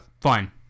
fine